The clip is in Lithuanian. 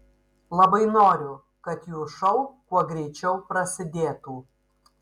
labai noriu kad jų šou kuo greičiau prasidėtų